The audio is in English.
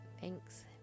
thanks